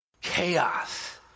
chaos